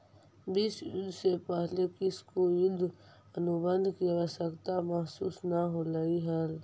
विश्व युद्ध से पहले किसी को युद्ध अनुबंध की आवश्यकता महसूस न होलई हल